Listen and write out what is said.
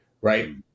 right